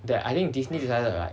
that I think Disney decided that like